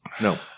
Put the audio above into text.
No